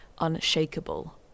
unshakable